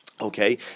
Okay